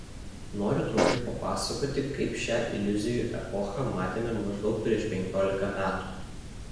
noriu trumpai papasakoti kaip šią iliuzijų epochą matėme maždaug prieš penkiolika metų